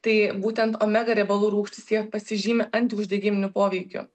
tai būtent omega riebalų rūgštys jie pasižymi anti uždegiminiu poveikiu